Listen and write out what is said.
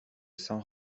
san